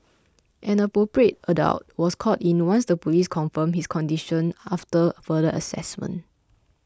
an Appropriate Adult was called in once the police confirmed his condition after further assessment